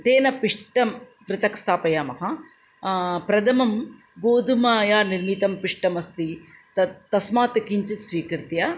तेन पिष्टं पृथक् स्थापयामः प्रथमं गोधूमेन निर्मितं पिष्टमस्ति तत् तस्मात् किञ्चित् स्वीकृत्य